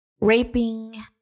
raping